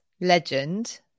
legend